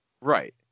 Right